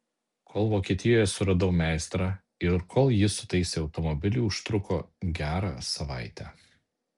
kol vokietijoje suradau meistrą ir kol jis sutaisė automobilį užtruko gerą savaitę